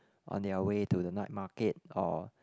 on their way to the night market or